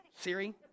Siri